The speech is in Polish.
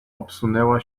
obsunęła